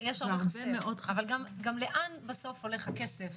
אבל לאן בסוף הולך הכסף